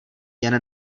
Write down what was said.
jen